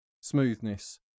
smoothness